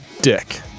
dick